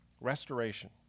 Restoration